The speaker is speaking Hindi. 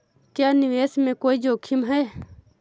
क्या निवेश में कोई जोखिम है?